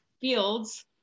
fields